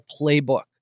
playbook